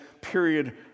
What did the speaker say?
period